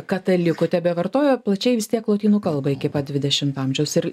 katalikų tebevartojo plačiai vis tiek lotynų kalbą iki pat dvidešimto amžiaus ir